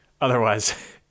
Otherwise